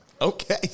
Okay